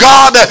God